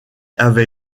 avait